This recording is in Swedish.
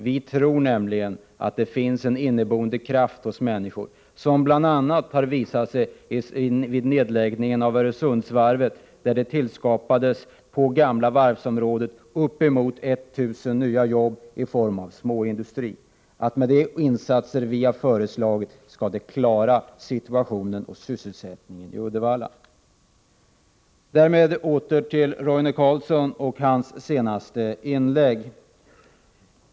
Vi tror nämligen att det finns en inneboende kraft hos människor — en kraft som bl.a. har visat sig vid nedläggningen av Öresundsvarvet. På det gamla varvsområdet tillskapades nämligen uppemot 1000 nya jobb i form av småindustri. Med de insatser vi har föreslagit skall man klara sysselsättningssituationen i Uddevalla. Därmed åter till Roine Carlsson och hans senaste inlägg.